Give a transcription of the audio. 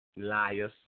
Liars